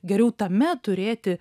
geriau tame turėti